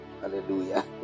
Hallelujah